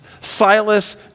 Silas